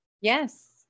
yes